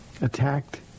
attacked